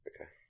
Okay